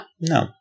No